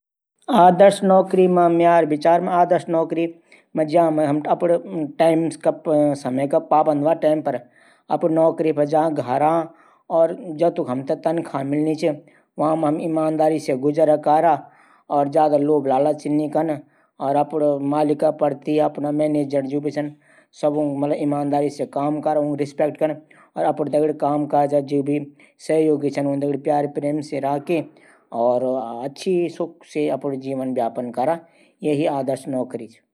म्यार आदर्श जन्मदिन इन मनोलू कि मी कै गरीब या कमजोर व्यक्ति थै भोजन करैं द्यों। या गाय माता थै भोजन करें दो। और पंडा जी थै बुले दान करैं दो और भगवान जी कुल देवी-देवताओं थै याद कैरी की माता पिता कू आशिर्वाद लेकी अपडू जन्मदिन थै सफल बणैं दूं।